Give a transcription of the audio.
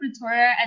Pretoria